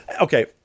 Okay